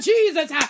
Jesus